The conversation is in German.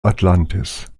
atlantis